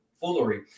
foolery